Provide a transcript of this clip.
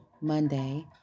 Monday